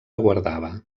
guardava